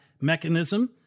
mechanism